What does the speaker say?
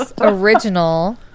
original